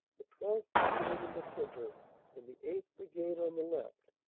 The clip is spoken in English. the twelfth. brigade in the centre and the eighth. brigade on the left,